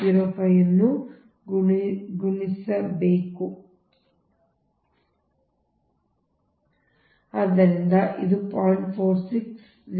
4605 ಗುಣಿಸಬೇಕು ಆದ್ದರಿಂದ ಇಲ್ಲಿ ಅದು 0